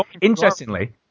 Interestingly